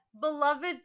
beloved